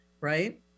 right